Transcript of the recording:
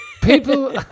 People